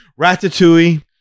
ratatouille